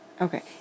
Okay